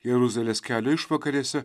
jeruzalės kelio išvakarėse